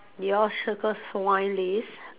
yours circle wine list